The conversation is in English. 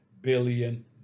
billion